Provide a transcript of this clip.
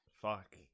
Fuck